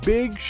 Big